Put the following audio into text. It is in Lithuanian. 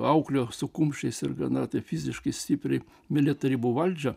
auklėjo su kumščiais ir gana taip fiziškai stipriai mylėt tarybų valdžią